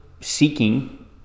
seeking